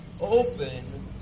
open